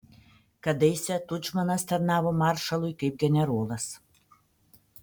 kadaise tudžmanas tarnavo maršalui kaip generolas